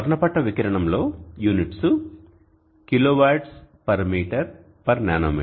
వర్ణపట వికిరణం లో units kWmnm